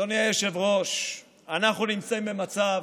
אדוני היושב-ראש, אנחנו נמצאים במצב